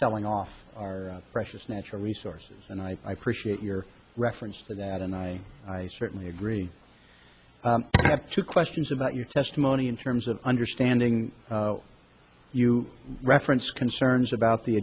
selling off our precious natural resources and i appreciate your reference to that and i certainly agree i have two questions about your testimony in terms of understanding you reference concerns about the